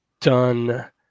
done